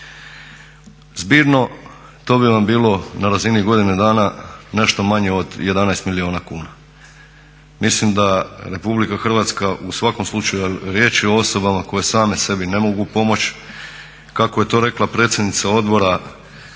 Zbirno to bi vam bilo na razini godine dana nešto manje od 11 milijuna kuna. Mislim da RH u svakom slučaju riječ je o osobama koje same sebi ne mogu pomoći, kako je to rekla predsjednica Odbora za